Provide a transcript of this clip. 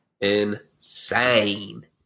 Insane